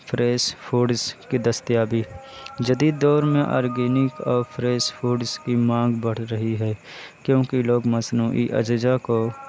fresh foods کی دستیابی جدید دور میں آرگینک اور فریس فوڈس کی مانگ بڑھ رہی ہے کیوںکہ لوگ مصنوعی اجزاء کو